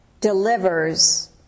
delivers